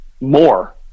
more